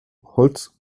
holz